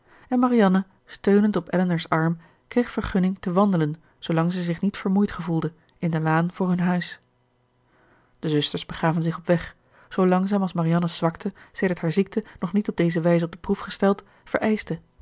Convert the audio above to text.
en marianne steunend op elinor's arm kreeg vergunning te wandelen zoolang zij zich niet vermoeid gevoelde in de laan voor hun huis de zusters begaven zich op weg zoo langzaam als marianne's zwakte sedert haar ziekte nog niet op deze wijze op de proef gesteld vereischte